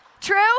True